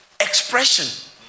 expression